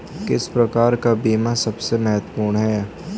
किस प्रकार का बीमा सबसे महत्वपूर्ण है?